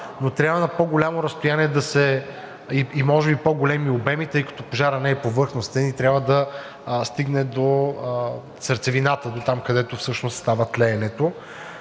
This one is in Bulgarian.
но трябва на по-голямо разстояние да се… и може би по-големи обеми, тъй като пожарът не е повърхностен и трябва да стигне до сърцевината, дотам, където всъщност става тлеенето.